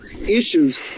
issues